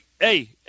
Hey